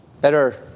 Better